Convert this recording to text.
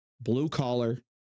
blue-collar